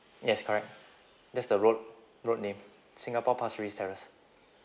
yes correct that's the road road name singapore pasir ris terrace